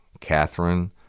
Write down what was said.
Catherine